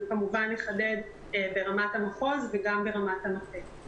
כמובן נחדד ברמת המחוז וגם ברמת המטה.